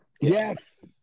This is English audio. Yes